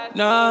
no